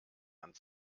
hand